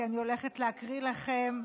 כי אני הולכת להקריא לכם,